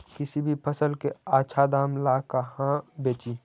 किसी भी फसल के आछा दाम ला कहा बेची?